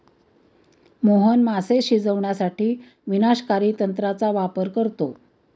मोहन मासे शिजवण्यासाठी विनाशकारी तंत्राचा वापर करतो